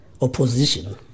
opposition